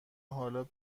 حالا